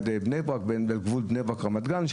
בגבול בני ברק-רמת גן.